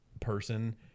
person